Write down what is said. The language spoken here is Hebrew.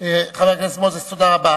חבר הכנסת מוזס, תודה רבה.